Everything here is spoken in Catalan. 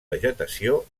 vegetació